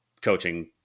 coaching